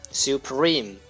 supreme，